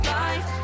life